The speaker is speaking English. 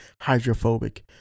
hydrophobic